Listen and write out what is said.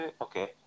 okay